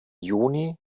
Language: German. juni